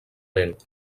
lent